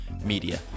media